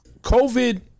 COVID